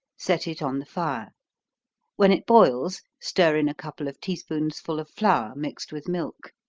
set it on the fire when it boils, stir in a couple of tea spoonsful of flour, mixed with milk.